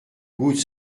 goutte